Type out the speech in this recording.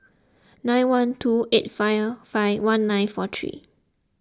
nine one two eight five five one nine four three